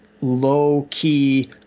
low-key